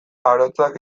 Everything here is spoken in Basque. arotzak